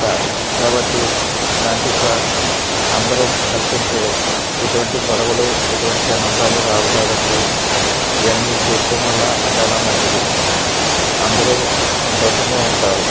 కాబట్టి ఇలాంటి ప అందరము కలిశి ఉంటే ఎటువంటి గొడవలు ఎటువంటి అనర్థాలు రావు కాబట్టి ఇవన్నీ చేయడం వల్ల చాలా మంచిది అందరు సంతోషంగా ఉంటారు